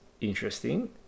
interesting